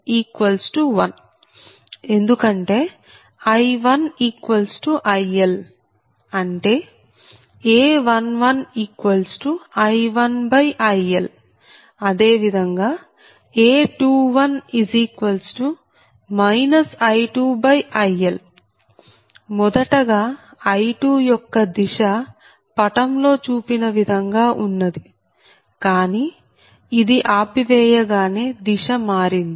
ఎందుకంటే I1ILఅంటే A11I1IL అదే విధంగా A21 I2IL మొదటగా I2 యొక్క దిశ పటంలో చూపిన విధంగా ఉన్నది కానీ ఇది ఆపి వేయగానే దిశ మారింది